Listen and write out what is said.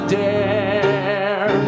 dare